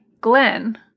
Glenn